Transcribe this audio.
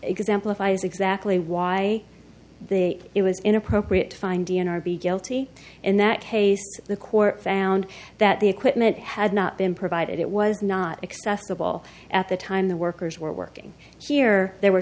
exemplifies exactly why the it was inappropriate to find d n r be guilty in that case the court found that the equipment had not been provided it was not accessible at the time the workers were working here there were